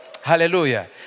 Hallelujah